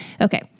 Okay